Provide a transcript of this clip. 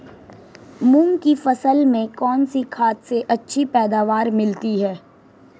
मूंग की फसल में कौनसी खाद से अच्छी पैदावार मिलती है?